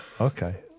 Okay